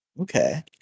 Okay